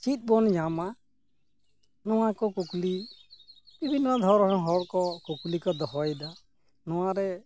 ᱪᱮᱫ ᱵᱚᱱ ᱧᱟᱢᱟ ᱱᱚᱣᱟ ᱠᱚ ᱠᱩᱠᱞᱤ ᱵᱤᱵᱷᱤᱱᱱᱚ ᱫᱷᱚᱨᱚᱱ ᱨᱮᱱ ᱦᱚᱲ ᱠᱚ ᱠᱩᱠᱞᱤ ᱠᱚ ᱫᱚᱦᱚᱭᱮᱫᱟ ᱱᱚᱣᱟᱨᱮ